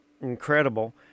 incredible